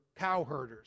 cowherders